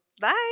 bye